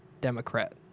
Democrat